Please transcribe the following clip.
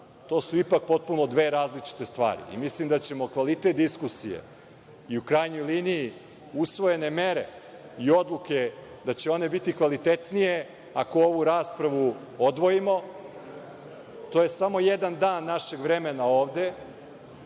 To su ipak potpuno dve različite stvari. Mislim da ćemo kvalitet diskusije i, u krajnjoj liniji, usvojene mere i odluke, da će one biti kvalitetnije ako ovu raspravu odvojimo. To je samo jedan dan našeg vremena ovde,